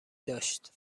داشت